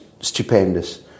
stupendous